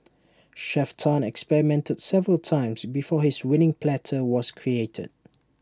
Chef Tan experimented several times before his winning platter was created